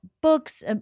books